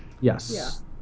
Yes